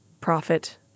profit